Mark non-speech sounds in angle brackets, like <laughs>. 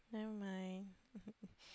never mind <laughs>